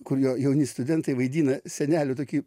kur jo jauni studentai vaidina senelių tokį